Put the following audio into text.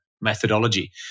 methodology